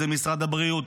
משרד הבריאות,